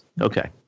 Okay